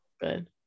good